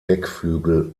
deckflügel